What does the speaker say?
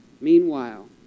Meanwhile